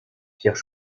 pierre